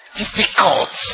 difficult